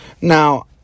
now